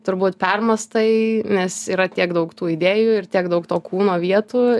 turbūt permąstai nes yra tiek daug tų idėjų ir tiek daug to kūno vietų